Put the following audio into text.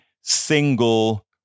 single